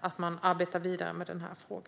att man arbetar vidare med frågan.